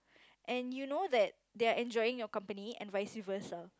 and you know that they're enjoying your company and vice versa